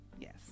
yes